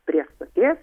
prie stoties